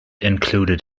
includes